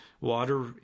water